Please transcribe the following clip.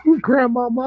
grandma